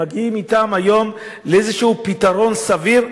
מגיעים אתם היום לאיזה פתרון סביר.